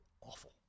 awful